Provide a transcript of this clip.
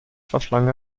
verschlang